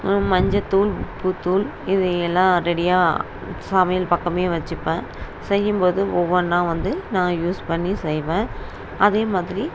மஞ்சத்தூள் உப்புத்தூள் இது எல்லாம் ரெடியாக சமையல் பக்கமே வச்சுப்பேன் செய்யும்போது ஒவ்வொன்றா வந்து நான் யூஸ் பண்ணி செய்வேன் அதே மாதிரி